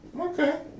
Okay